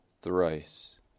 thrice